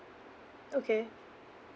okay